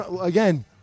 again